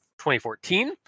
2014